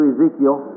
Ezekiel